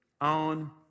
on